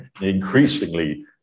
increasingly